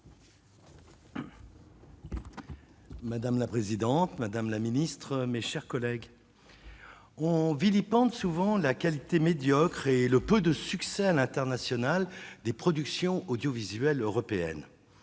Madame la présidente, madame la secrétaire d'État, mes chers collègues, on vilipende souvent la qualité médiocre et le peu de succès à l'international des productions audiovisuelles européennes.